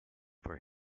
for